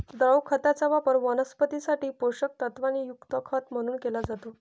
द्रव खताचा वापर वनस्पतीं साठी पोषक तत्वांनी युक्त खत म्हणून केला जातो